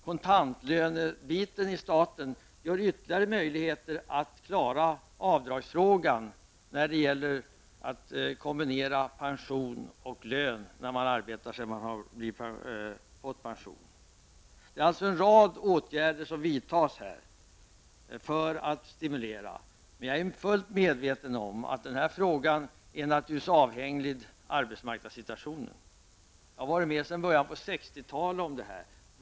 Kontantlönedelen inom staten ger ytterligare möjlighet för pensionärer att klara avdragsfrågan när det gäller att kombinera pension och lön. Det är alltså en rad stimulansåtgärder som vidtas. Men jag är fullt medveten om att den här frågan naturligtvis är avhängig av arbetsmarknadssituationen. Jag har varit med om detta sedan början av 60-talet.